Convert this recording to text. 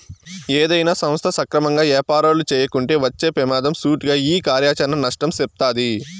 ఏదైనా సంస్థ సక్రమంగా యాపారాలు చేయకుంటే వచ్చే పెమాదం సూటిగా ఈ కార్యాచరణ నష్టం సెప్తాది